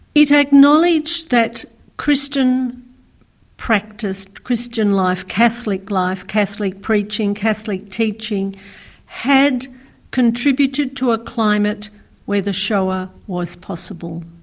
it acknowledged that christian practice christian life, catholic life, catholic preaching, catholic teaching had contributed to a climate where the shoah was possible.